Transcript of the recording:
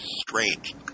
strange